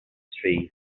speed